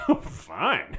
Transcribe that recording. fine